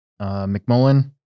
McMullen